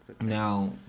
Now